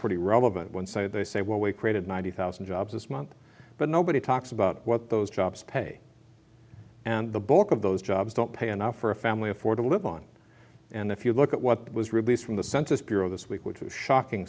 pretty relevant when say they say well we created ninety thousand jobs this month but nobody talks about what those jobs pay and the bulk of those jobs don't pay enough for a family of four to live on and if you look at what was released from the census bureau this week which was shocking